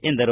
ಎಂದರು